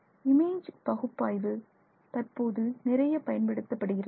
image பகுப்பாய்வு தற்போது நிறைய பயன்படுத்தப்படுகிறது